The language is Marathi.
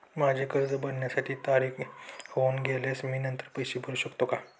माझे कर्ज भरण्याची तारीख होऊन गेल्यास मी नंतर पैसे भरू शकतो का?